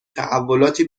تحولاتی